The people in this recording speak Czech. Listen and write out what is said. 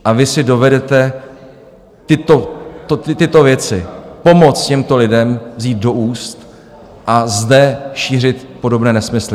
A vy si dovedete tyto věci, pomoc těmto lidem, vzít do úst a zde šířit podobné nesmysly?